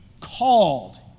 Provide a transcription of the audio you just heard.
called